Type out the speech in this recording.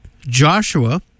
Joshua